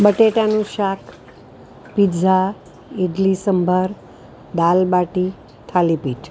બટેટાનું શાક પીઝા ઈડલી સંભાર દાલબાટી થાલી પીઠ